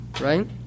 right